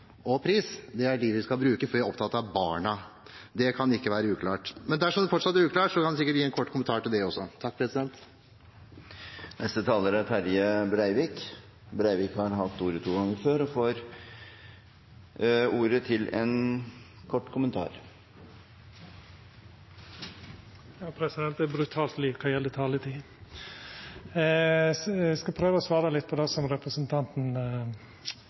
og pris, er dem vi skal bruke. Vi er opptatt av barna. Det kan ikke være uklart, men dersom det fortsatt er uklart, kan jeg sikkert gi en kort kommentar til det også. Representanten Terje Breivik har hatt ordet to ganger og får ordet til en kort merknad, begrenset til 1 minutt. Det er brutalt lite når det gjeld taletid, men eg skal prøva å svara på det som representanten